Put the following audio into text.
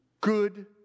good